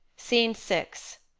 scene six.